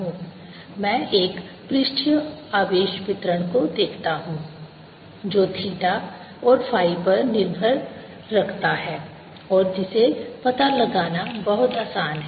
मैं एक पृष्ठीय आवेश वितरण को देखता हूं जो थीटा और फ़ाई पर निर्भरता रखता है और जिसे पता लगाना बहुत आसान है